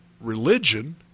religion